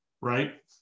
right